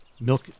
milk